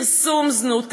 פרסום זנות,